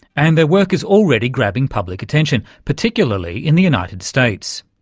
and their work is already grabbing public attention, particularly in the united states.